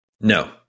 No